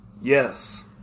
yes